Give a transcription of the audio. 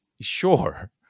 Sure